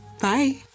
Bye